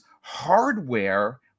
hardware